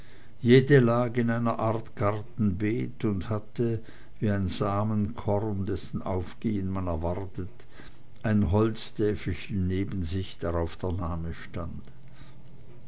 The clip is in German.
jede lag in einer art gartenbeet und hatte wie ein samenkorn dessen aufgehen man erwartet ein holztäfelchen neben sich drauf der name stand